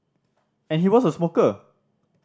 and he was a smoker